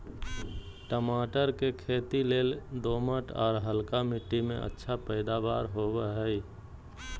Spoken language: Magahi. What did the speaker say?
टमाटर के खेती लेल दोमट, आर हल्का मिट्टी में अच्छा पैदावार होवई हई